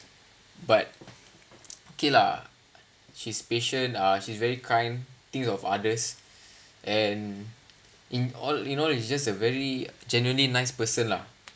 but okay lah she's patient uh she's very kind thinks of others and in all you know it's just a very genuinely nice person lah